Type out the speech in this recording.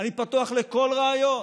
אני פתוח לכל רעיון,